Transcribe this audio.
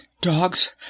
dogs